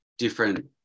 different